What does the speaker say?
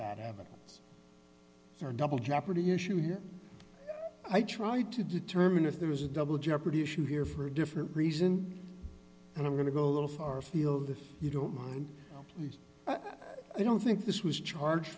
or double jeopardy issue here i tried to determine if there is a double jeopardy issue here for a different reason and i'm going to go a little far field if you don't mind please i don't think this was charged